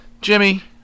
Jimmy